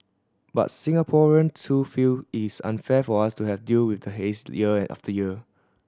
but Singaporean too feel is unfair for us to have deal with the haze year after year